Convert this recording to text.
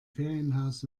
ferienhaus